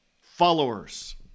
followers